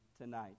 tonight